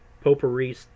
potpourri